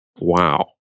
Wow